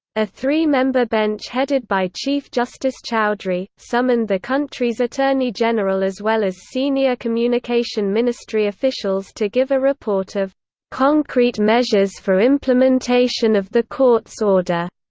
a three-member bench headed by chief justice chaudhry, summoned the country's attorney general as well as senior communication ministry officials to give a report of concrete measures for implementation of the court's order.